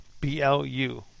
B-L-U